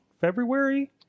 February